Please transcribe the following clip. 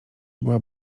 była